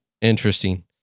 Interesting